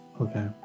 okay